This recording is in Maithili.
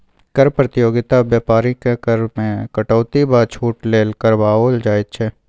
कर प्रतियोगिता बेपारीकेँ कर मे कटौती वा छूट लेल करबाओल जाइत छै